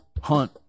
Hunt